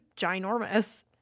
ginormous